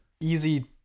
easy